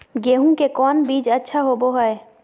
गेंहू के कौन बीज अच्छा होबो हाय?